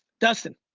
dustin.